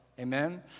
Amen